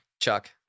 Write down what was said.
chuck